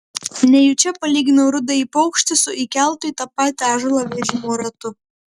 nejučia palyginau rudąjį paukštį su įkeltu į tą patį ąžuolą vežimo ratu